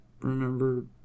remember